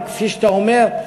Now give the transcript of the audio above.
וכמו שאתה אומר,